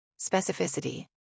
Specificity